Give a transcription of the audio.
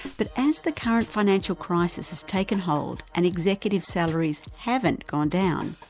but as the current financial crisis has taken hold, and executive salaries haven't gone down,